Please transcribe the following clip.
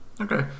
Okay